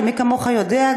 שמי כמוך יודע,